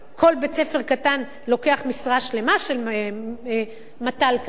כל בית-ספר קטן לוקח משרה שלמה של מת"ל כזה.